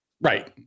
right